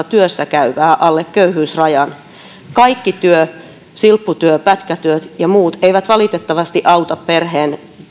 työssä käyvää alle köyhyysrajan kaikki työ silpputyö pätkätyöt ja muut ei valitettavasti auta perheen